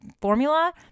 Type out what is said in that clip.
formula